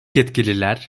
yetkililer